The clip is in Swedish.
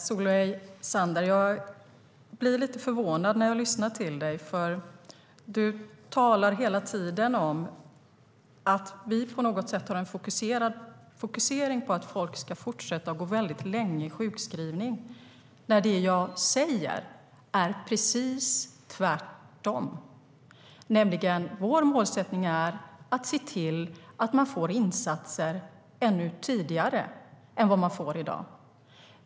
Herr talman! Jag blir lite förvånad när jag lyssnar till dig, Solveig Zander, eftersom du hela tiden talar om att vi på något sätt fokuserar på att folk ska fortsätta att gå väldigt länge i sjukskrivning. Det som jag säger är precis tvärtom, nämligen att vår målsättning är att se till att man får insatser ännu tidigare än vad man får i dag.